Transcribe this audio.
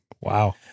wow